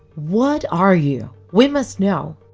what are you? we must know!